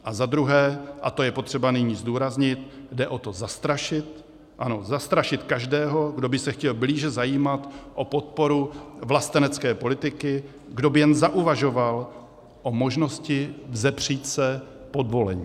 A za druhé, a to je potřeba nyní zdůraznit, jde o to zastrašit, ano, zastrašit každého, kdo by se chtěl blíže zajímat o podporu vlastenecké politiky, kdo by jen zauvažoval o možnosti vzepřít se podvolení.